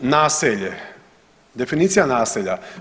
Naselje, definicija naselja.